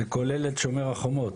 זה כולל את "שומר החומר".